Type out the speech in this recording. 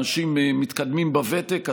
אנשים מתקדמים בוותק,